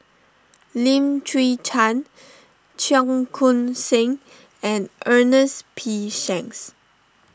Lim Chwee Chian Cheong Koon Seng and Ernest P Shanks